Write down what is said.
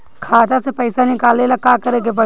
खाता से पैसा निकाले ला का करे के पड़ी?